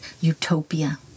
utopia